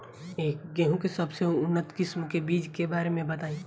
गेहूँ के सबसे उन्नत किस्म के बिज के बारे में बताई?